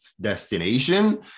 destination